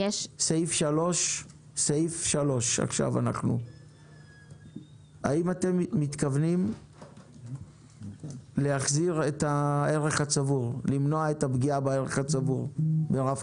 תראי את סעיף 3. האם אתם מתכוונים למנוע את הפגיעה בערך הצבור ברב-קו?